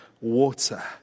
water